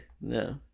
no